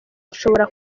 nshobora